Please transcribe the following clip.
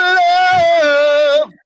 love